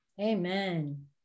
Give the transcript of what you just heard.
Amen